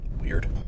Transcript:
Weird